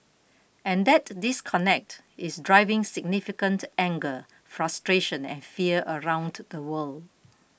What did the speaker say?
and that disconnect is driving significant anger frustration and fear around the world